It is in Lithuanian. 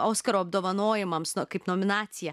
oskaro apdovanojimams kaip nominaciją